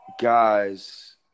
guys